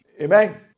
Amen